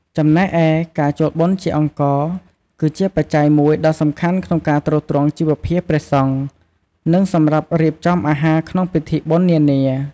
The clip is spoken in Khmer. ចំណែកឯ ការចូលបុណ្យជាអង្ករ គឺជាបច្ច័យមួយដ៏សំខាន់ក្នុងការទ្រទ្រង់ជីវភាពព្រះសង្ឃ និងសម្រាប់រៀបចំអាហារក្នុងពិធីបុណ្យនានា។